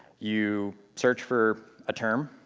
you search for a term,